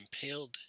impaled